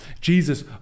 jesus